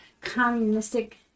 communistic